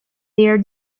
their